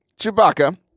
Chewbacca